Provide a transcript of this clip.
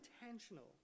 intentional